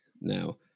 Now